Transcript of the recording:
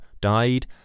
died